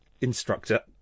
instructor